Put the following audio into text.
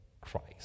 Christ